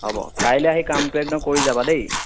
হ'ব কাইলৈ আহি কামটো একদম কৰি যাবা দেই